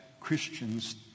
Christians